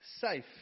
safe